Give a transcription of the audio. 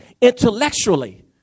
intellectually